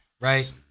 Right